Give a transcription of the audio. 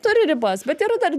turi ribas bet yra dar